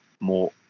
more